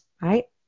right